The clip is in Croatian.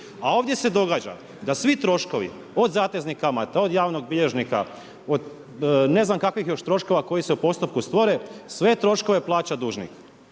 A ovdje se događa da svi troškovi od zateznih kamata, od javnog bilježnika od ne znam kakvih još troškova koji se u postupku stvore, sve troškove plaća dužnik.